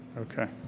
okay.